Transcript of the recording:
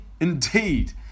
indeed